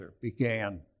began